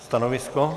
Stanovisko?